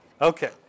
Okay